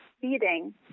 feeding